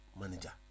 manager